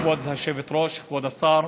כבוד היושבת-ראש, כבוד השר,